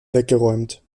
weggeräumt